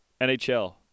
NHL